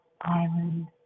island